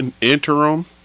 interim